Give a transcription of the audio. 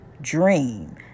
dream